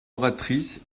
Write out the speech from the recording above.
oratrice